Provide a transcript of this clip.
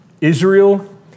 Israel